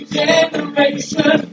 generation